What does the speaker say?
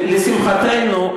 לשמחתנו,